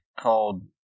called